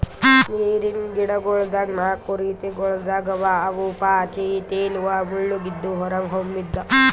ನೀರಿನ್ ಗಿಡಗೊಳ್ ನಾಕು ರೀತಿಗೊಳ್ದಾಗ್ ಅವಾ ಅವು ಪಾಚಿ, ತೇಲುವ, ಮುಳುಗಿದ್ದು, ಹೊರಹೊಮ್ಮಿದ್